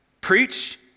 Preach